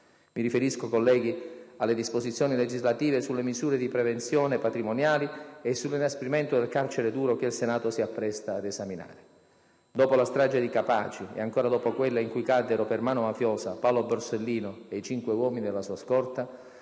Mi riferisco, colleghi, alle disposizioni legislative sulle misure di prevenzione patrimoniali e sull'inasprimento del carcere duro che il Senato si appresta ad esaminare. Dopo la strage di Capaci e ancora dopo quella in cui caddero per mano mafiosa Paolo Borsellino e i cinque uomini della scorta,